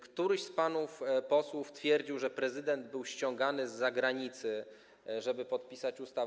Któryś z panów posłów twierdził, że prezydent był ściągany z zagranicy, żeby podpisać ustawę.